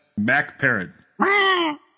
MacParrot